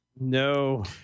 No